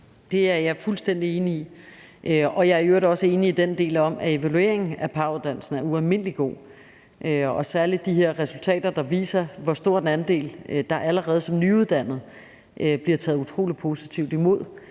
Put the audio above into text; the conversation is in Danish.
Det er jeg fuldstændig enig i. Og jeg er i øvrigt også enig i den del om, at evalueringen af pau-uddannelsen er ualmindelig god, særlig med hensyn til de her resultater, der viser, hvor stor en andel, der allerede som nyuddannede bliver taget utrolig positivt imod